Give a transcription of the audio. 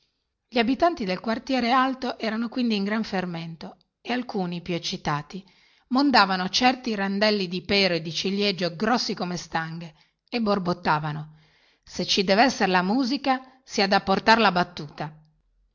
gli abitanti del quartiere alto erano quindi in gran fermento e alcuni più eccitati mondavano certi randelli di pero o di ciriegio grossi come pertiche e borbottavano se ci devessere la musica si ha da portar la battuta